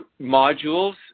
modules